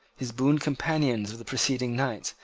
his boon companions of the preceding night,